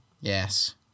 Yes